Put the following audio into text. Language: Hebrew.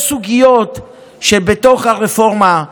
יש סוגיות בתוך הרפורמה,